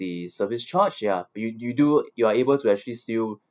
the service charge ya you you do you are able to actually still